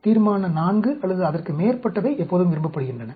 தீர்மான IV அல்லது அதற்கு மேற்பட்டவை எப்போதும் விரும்பப்படுகின்றன